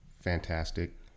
fantastic